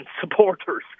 supporters